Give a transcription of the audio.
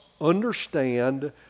understand